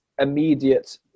immediate